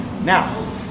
Now